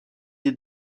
des